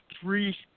three